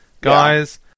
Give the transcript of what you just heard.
guys